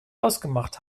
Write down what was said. ausgemacht